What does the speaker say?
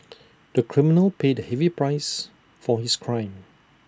the criminal paid A heavy price for his crime